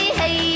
hey